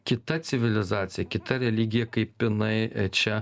kita civilizacija kita religija kaip jinai čia